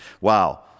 wow